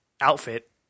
outfit